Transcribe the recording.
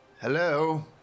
Hello